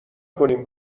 کنین